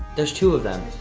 there's two of them.